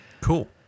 Cool